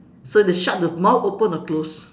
so the shark the mouth open or close